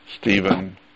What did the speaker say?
Stephen